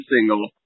single